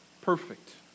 perfect